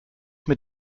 mit